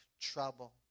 trouble